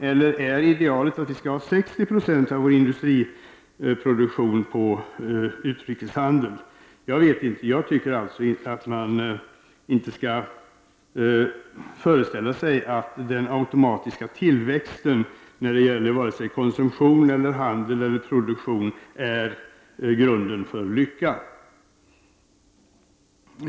Eller är kanske idealet att 60 90 av vår industriproduktion skall gå till utrikeshandeln? Man bör som jag ser det inte föreställa sig att den automatiska tillväxten, vare sig det gäller konsumtion, handel eller produktion, är grunden för lycka.